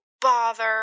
bother